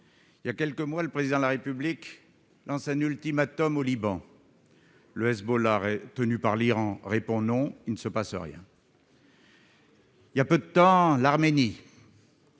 il y a quelques mois, le président de la République, lance un ultimatum au Liban. Le Hezbollah, tenu par l'Iran, répond non, il ne se passe rien. Il y a peu de temps, l'Arménie.